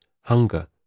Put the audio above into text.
Hunger